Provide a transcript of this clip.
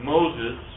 Moses